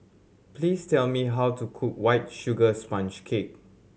please tell me how to cook White Sugar Sponge Cake